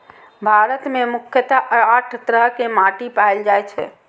भारत मे मुख्यतः आठ तरह के माटि पाएल जाए छै